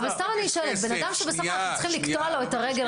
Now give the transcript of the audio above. אבל אני סתם שואלת: בן אדם שבסוף אנחנו צריכים לקטוע את הרגל,